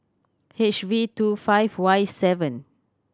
H V two five Y seven